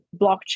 blockchain